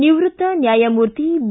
ನಿವೃತ್ತ ನ್ಯಾಯಮೂರ್ತಿ ಬಿ